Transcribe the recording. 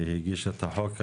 הגישה את החוק,